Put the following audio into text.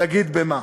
תגיד במה?